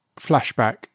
Flashback